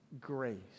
grace